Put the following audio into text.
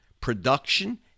production